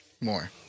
more